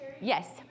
Yes